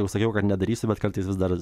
jau sakiau kad nedarysiu bet kartais vis dar